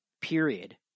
period